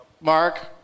Mark